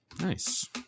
Nice